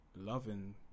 loving